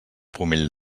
pomell